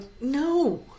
No